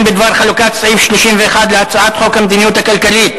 בדבר חלוקת הצעת חוק המדיניות הכלכלית,